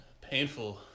Painful